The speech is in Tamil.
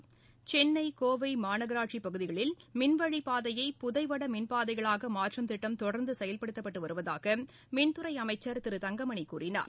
துறை அமைச்சர் சென்னைகோவை மாநகராட்சி பகுதிகளில் மின் வழிப்பாதையை புதைவட பாதைகளாக மாற்றும் திட்டம் தொடர்ந்து செயல்படுத்தப்பட்டு வருவதாக மின்துறை அமைச்சர் திரு தங்கமணி கூறினார்